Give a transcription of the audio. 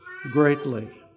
greatly